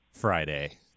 Friday